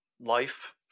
life